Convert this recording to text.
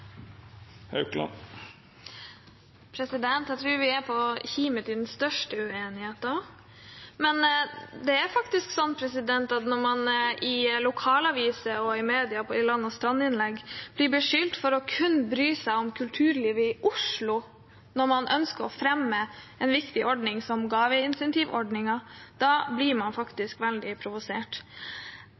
Jeg tror ikke vi har den største uenigheten, men når man i lokalaviser og i media land og strand rundt i innlegg blir beskyldt for kun å bry seg om kulturlivet i Oslo når man ønsker å fremme en viktig ordning som gaveinsentivordningen, blir man veldig provosert.